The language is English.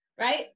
right